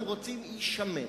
הם רוצים איש שמן.